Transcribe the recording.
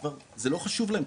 כלומר זה לא חשוב להם,